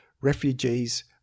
refugees